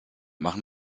machen